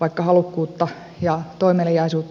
vaikka halukkuutta ja toimeliaisuutta silläkin puolella olisi